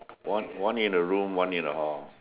one one in the room one in the hall